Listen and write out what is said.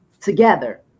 together